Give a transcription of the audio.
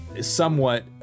somewhat